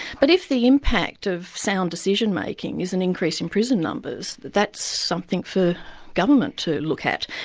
but if the impact of sound decision-making is an increase in prison numbers, that's something for government to look at.